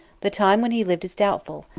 the time when he lived is doubtful,